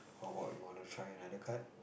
how about you wana try another card